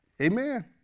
Amen